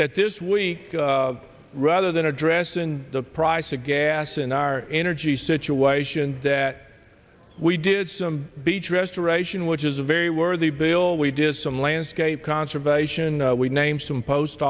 that this week rather than addressing the price of gas and our energy situation that we did some beach restoration which is a very worthy bill we did some landscape conservation we name some post